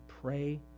pray